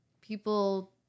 people